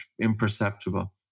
imperceptible